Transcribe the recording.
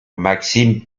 maxime